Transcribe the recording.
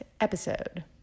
episode